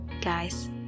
Guys